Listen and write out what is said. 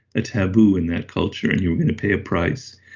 a taboo in that culture and you were going to pay a price.